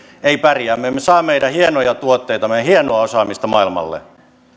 ei pärjää me emme saa meidän hienoja tuotteitamme meidän hienoa osaamistamme maailmalle